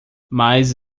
mas